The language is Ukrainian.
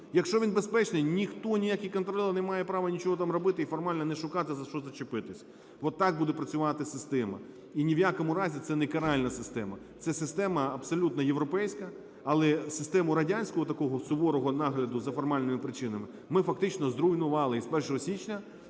Якщо він безпечний, ніхто ніякий контролер не має права нічого там робити, і формально не шукати, за що зачепитись. Отак буде працювати система. І ні в якому разі це не каральна система, це система абсолютно європейська, але систему радянського такого суворого нагляду за формальними причинами ми фактично зруйнували. І з 1 січня